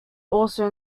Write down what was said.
also